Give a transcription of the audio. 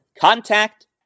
contact